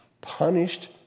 punished